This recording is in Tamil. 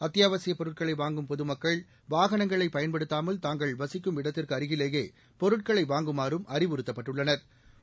அத்தியாவசியப் பொருட்களை வாங்கும் பொதுமக்கள் வாகனங்களை பயன்படுத்தாமல் தாங்கள் வசிக்கும் இடத்திற்கு அருகிலேயே பொருட்களை வாங்குமாறும அறிவுறுத்தப்பட்டுள்ளனா்